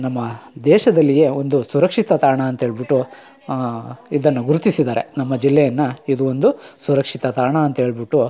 ನಮ್ಮ ದೇಶದಲ್ಲಿಯೇ ಒಂದು ಸುರಕ್ಷಿತ ತಾಣ ಅಂತೇಳ್ಬಿಟ್ಟು ಇದನ್ನು ಗುರುತಿಸಿದ್ದಾರೆ ನಮ್ಮ ಜಿಲ್ಲೆಯನ್ನು ಇದು ಒಂದು ಸುರಕ್ಷಿತ ತಾಣ ಅಂತೇಳ್ಬಿಟ್ಟು